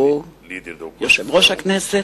שהוא יושב-ראש הכנסת,